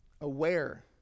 Aware